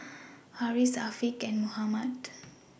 Harris Afiq and Muhammad